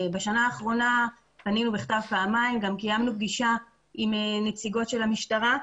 בשנה האחרונה פנינו בכתב פעמיים וגם קיימנו פגישה עם נציגות של המשטרה.